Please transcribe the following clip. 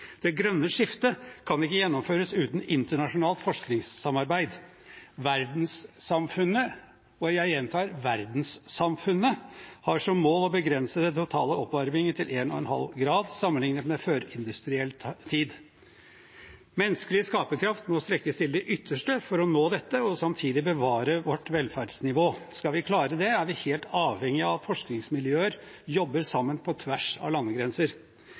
Det grønne skiftet kan ikke gjennomføres uten internasjonalt forskningssamarbeid. Verdenssamfunnet – og jeg gjentar: verdenssamfunnet – har som mål å begrense den totale oppvarmingen til 1,5 grader sammenlignet med førindustriell tid. Menneskelig skaperkraft må strekkes til det ytterste for å nå dette og samtidig bevare vårt velferdsnivå. Skal vi klare det, er vi helt avhengig av at forskningsmiljøer jobber sammen på tvers av landegrenser.